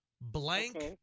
Blank